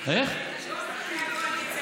כל מרכיבי הקואליציה נגד.